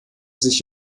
sich